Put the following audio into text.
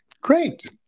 Great